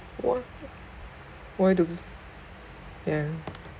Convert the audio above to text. why why do ya